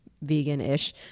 vegan-ish